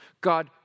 God